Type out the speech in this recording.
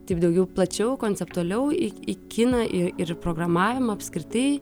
taip daugiau plačiau konceptualiau į į kiną ir ir programavimą apskritai